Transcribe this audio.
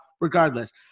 Regardless